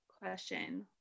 question